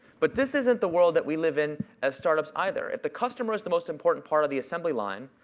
but this isn't the world that we live in as startups either. if the customer is the most important part of the assembly line,